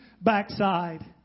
backside